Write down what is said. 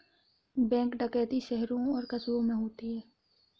bank डकैती शहरों और कस्बों में होती है